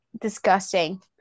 Disgusting